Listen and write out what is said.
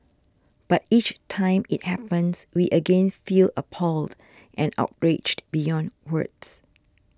but each time it happens we again feel appalled and outraged beyond words